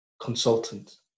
consultant